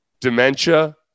Dementia